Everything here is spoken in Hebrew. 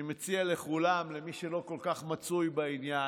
אני מציע לכולם, למי שלא כל כך מצוי בעניין,